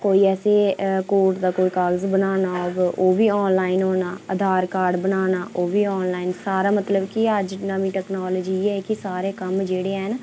कोई ऐसे कोर्ट दा कोई कागज बनाना हौवै ओह् बी आनलाइन होना आधार कार्ड बनाना ओह् बी आनलाइन सारा मतलब कि अज्ज नमीं टैक्नोलिजी एह् ऐ कि सारे कम्म जेह्ड़े हैन